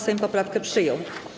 Sejm poprawkę przyjął.